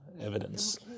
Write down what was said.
evidence